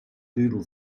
doodle